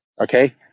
okay